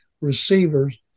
receivers